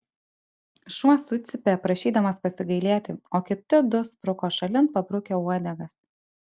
šuo sucypė prašydamas pasigailėti o kiti du spruko šalin pabrukę uodegas